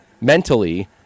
mentally